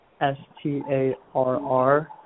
S-T-A-R-R